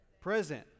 Present